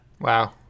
Wow